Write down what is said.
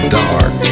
dark